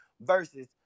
versus